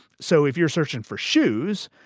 so if you're searching for shoes,